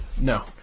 No